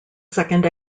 second